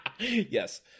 Yes